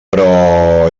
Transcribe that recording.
però